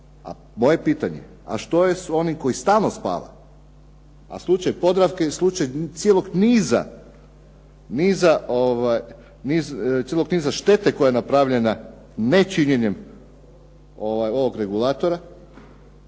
moje pitanje a što je s onim koji stalno spava. A slučaj "Podravke" i slučaj cijelog niza, cijelog niza štete koja je napravljena nečinjenjem ovog regulatora